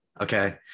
okay